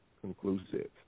conclusive